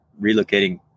relocating